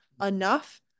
enough